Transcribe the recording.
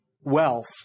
wealth